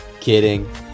Kidding